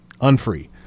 unfree